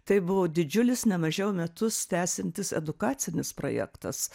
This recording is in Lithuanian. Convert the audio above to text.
tai buvo didžiulis nemažiau metus tęsiantis edukacinis projektas